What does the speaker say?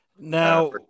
Now